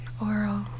Oral